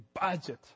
budget